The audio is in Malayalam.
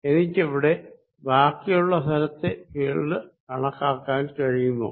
എനിക്കിവിടെ ബാക്കിയുള്ള സ്ഥലത്തെ ഫീൽഡ് കണക്കാക്കാൻ കഴിയുമോ